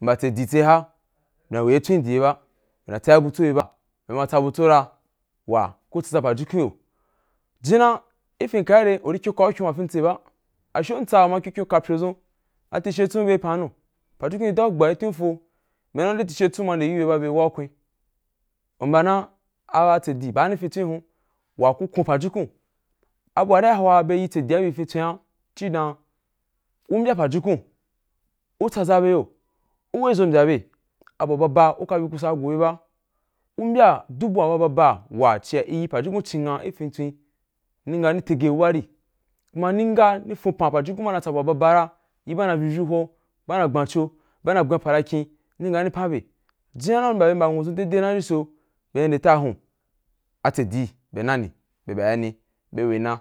Mba tse di tse ha na wei tswen gi di bye ba, na tsa butso i ba bye ma tsa butso mbya ku kutsa ba pajukun yo. Jina gi fyinka gire u ri kyon ka’u kyon wa fitse ba asho ntsa uma yi kyon kyon dʒun kapyo zo a tishe tsun bye pa nu, pajukun rí tin’u fo pajukun ri da’u gba, a tishe tsun ma yi’ù bye ba, bye ta u’u fo bye waù kwe, u mbya na, ba tsedi ba ni gi fin tswo hun wa ku kun pajukun, a bu wa ri wa huan wa bye yi tsedu yi fin tsu’n a ci na u mbya pajukun u tsa za bye yo, u wei zo mbya bye, a bu wa baba kuka bi kusa ba go bye ba. U’mbya duk bu wa baba wa ci ri yi pajukun cín nya ai fin tswin ni nga ni fon pan pajukun ba na tsa buba babara, ba na fvivu howa ba ba na gbancio ba ba na bwan pa na kin, ni nga ni pan bye, ji na ra mbya bye mba nwu wa dei dei na nde so nde ta hun, a tse ni wei na ni, bye ba’i ni bye wei na,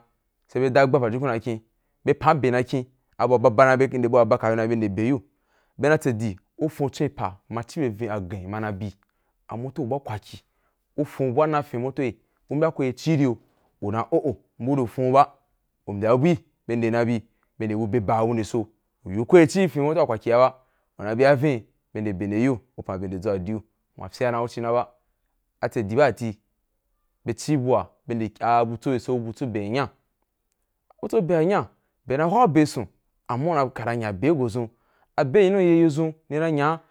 sai dagba ba pajukun na kyen bye pan a be na kye, a bu wa baba bye nde bu wa bba na nde kabi bye nde be nde u, bye dan tse di, bye fon tswen pa ma ci bye vin a gen ma na yi bi a moto ba kwaki u fon bu ba na vin a motori u n bya ko aye ci ki yo, u dan o’o bu u ri fon ba umbya bu’i bye nde na bi, bye nde bu be bye gu nde so, uyi ko ko ye ci gi fin motor wa kwaki ya ba u na bī ya vin bye nde be nde u u pan be nde dʒo a fin aljuhu, fye dan ku ci na ba, ba tsedi ba ti bye ci bua bye nde abutso bye sai butso a be wa nyanya, butso be wa nyanya, bye na hwau be sun amma u kana nya begi bue dʒun, a be ku nyuni zo ni na yi nga.